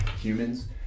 humans